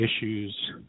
issues